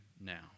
now